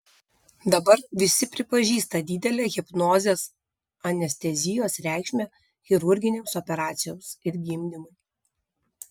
dabar visi pripažįsta didelę hipnozės anestezijos reikšmę chirurginėms operacijoms ir gimdymui